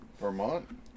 Vermont